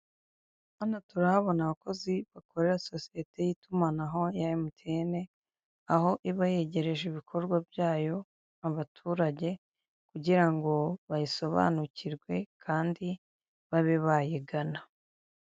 Hano turahabona abakozi bakorera sosiyete y'itumanaho ya emutiyene, aho iba yegereje ibikorwa byayo abaturage kugira ngo bayisobanukirwe kandi babe bayigana.